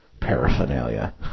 paraphernalia